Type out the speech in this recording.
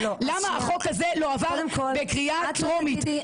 למה החוק הזה לא עבר בקריאה טרומית.